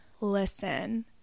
listen